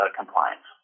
compliance